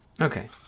okay